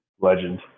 Legend